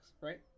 right